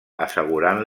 assegurant